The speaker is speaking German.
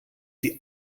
die